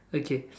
okay